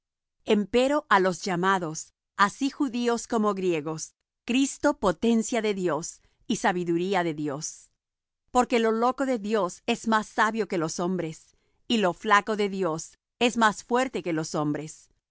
empero á los llamados así judíos como griegos cristo potencia de dios y sabiduría de dios porque lo loco de dios es más sabio que los hombres y lo flaco de dios es más fuerte que los hombres